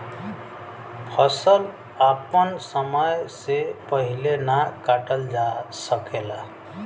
फसल आपन समय से पहिले ना काटल जा सकेला